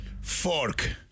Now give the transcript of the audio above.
Fork